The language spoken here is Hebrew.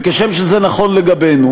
וכשם שזה נכון לגבינו,